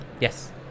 Yes